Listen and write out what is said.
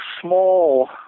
small